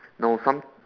no some